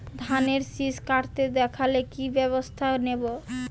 ধানের শিষ কাটতে দেখালে কি ব্যবস্থা নেব?